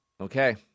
Okay